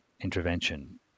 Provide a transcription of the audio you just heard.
intervention